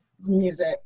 music